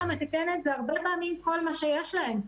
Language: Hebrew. המתקנת זה הרבה פעמים כל מה שיש להם.